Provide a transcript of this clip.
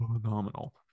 phenomenal